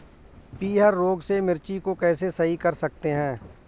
पीहर रोग से मिर्ची को कैसे सही कर सकते हैं?